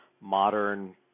modern